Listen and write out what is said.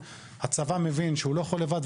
הצבא מבין שהוא לא יכול לבד,